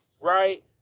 right